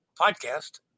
podcast